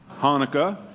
Hanukkah